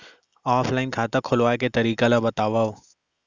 Offline खाता खोलवाय के तरीका ल बतावव?